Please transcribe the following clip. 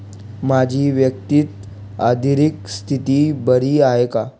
माझी वैयक्तिक आर्थिक स्थिती बरी आहे का?